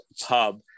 Pub